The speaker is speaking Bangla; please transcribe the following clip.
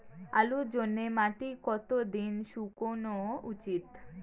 আলুর জন্যে মাটি কতো দিন শুকনো উচিৎ?